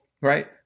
right